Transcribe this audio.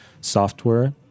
software